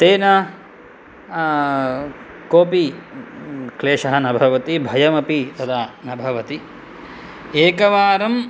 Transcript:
तेन कोपि क्लेशः न भवति भयमपि तदा न भवति एकवारं